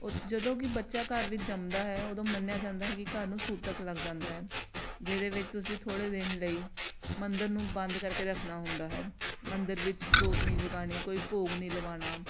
ਉਹ ਜਦੋਂ ਕਿ ਬੱਚਾ ਘਰ ਵਿੱਚ ਜੰਮਦਾ ਹੈ ਉਦੋਂ ਮੰਨਿਆ ਜਾਂਦਾ ਹੈ ਕਿ ਘਰ ਨੂੰ ਸੂਤਕ ਲੱਗ ਜਾਂਦਾ ਹੈ ਜਿਹਦੇ ਵਿੱਚ ਤੁਸੀਂ ਥੋੜ੍ਹੇ ਦਿਨ ਲਈ ਮੰਦਰ ਨੂੰ ਬੰਦ ਕਰਕੇ ਰੱਖਣਾ ਹੁੰਦਾ ਹੈ ਮੰਦਿਰ ਵਿੱਚ ਜੋਤ ਨਹੀਂ ਜਗਾਉਣੀ ਕੋਈ ਭੋਗ ਨਹੀਂ ਲਵਾਉਣਾ